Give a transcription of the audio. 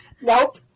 Nope